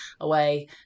away